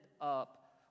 up